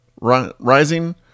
rising